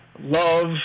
Love